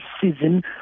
season